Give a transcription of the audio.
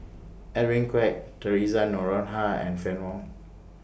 Edwin Koek Theresa Noronha and Fann Wong